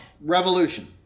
Revolution